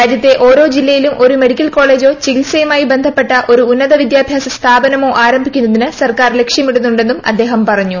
രാജ്യത്തെ ഓരോ ജില്ലയിലും ഒരു മെഡിക്കൽ കോളേജോ ചികിത്സയുമായി ബന്ധപ്പെട്ട ഒരു ഉന്നത വിദ്യാഭ്യാസ ആരംഭിക്കുന്നതിന് സ്ഥാപനമോ സർക്കാർ ലക്ഷ്യമിടുന്നുണ്ടെന്നും അദ്ദേഹം പറഞ്ഞു